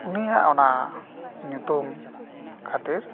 ᱩᱱᱤᱭᱟᱜ ᱚᱱᱟ ᱧᱩᱛᱩᱢ ᱠᱷᱟᱹᱛᱤᱨ